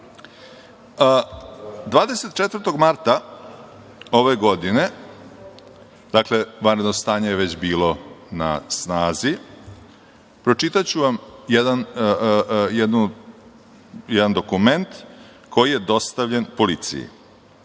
24 marta ove godine, vanredno stanje je već bilo na snazi, pročitaću vam jedan dokument koji je dostavljen policiji: